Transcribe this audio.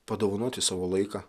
padovanoti savo laiką